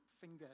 finger